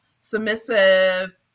submissive